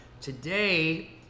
Today